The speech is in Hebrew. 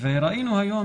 ראינו היום